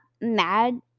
mad